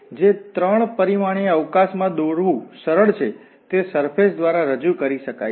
તેથી જે 3 પરિમાણીય અવકાશ માં દોરવુ સરળ છે તે સરફેશ દ્વારા રજૂ કરી શકાય છે